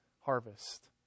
harvest